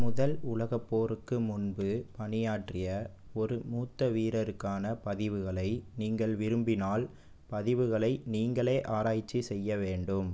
முதல் உலகப் போருக்கு முன்பு பணியாற்றிய ஒரு மூத்த வீரருக்கான பதிவுகளை நீங்கள் விரும்பினால் பதிவுகளை நீங்களே ஆராய்ச்சி செய்ய வேண்டும்